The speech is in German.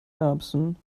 erbsen